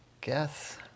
guess